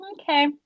Okay